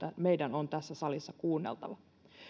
meidän on tässä salissa kuunneltava